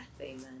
Amen